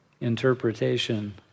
interpretation